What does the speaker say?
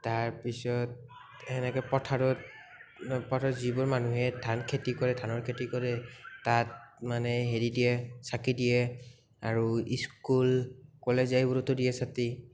তাৰপিছত সেনেকে পথাৰত পথাৰত যিবোৰ মানুহে ধান খেতি কৰে ধানৰ খেতি কৰে তাত মানে হেৰি দিয়ে চাকি দিয়ে আৰু ইস্কুল কলেজ এইবোৰতো দিয়ে চাতি